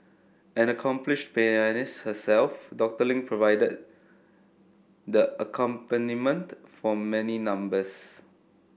an accomplished pianist herself Doctor Ling provided the accompaniment for many numbers